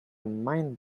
mind